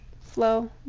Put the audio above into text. flow